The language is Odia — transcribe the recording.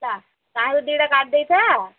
ତା ତାହାରୁ ଦୁଇଟା କାଢ଼ି ଦେଇଥା